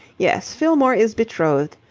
yes, fillmore is betrothed.